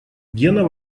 гена